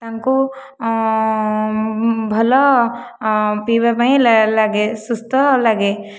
ତାଙ୍କୁ ଭଲ ପିଇବା ପାଇଁ ଲାଗେ ସୁସ୍ଥ ଲାଗେ